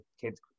kids